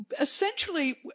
essentially